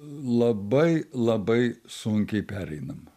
labai labai sunkiai pereinam